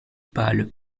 pâles